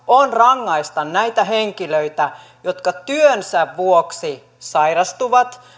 on rangaista näitä henkilöitä jotka työnsä vuoksi sairastuvat